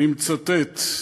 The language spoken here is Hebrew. אני מצטט: